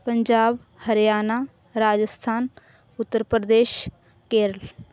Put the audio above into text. Punjab Haryana Rajasthan Uttar Pradesh Kerala